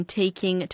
taking